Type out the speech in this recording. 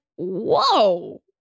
whoa